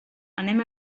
anem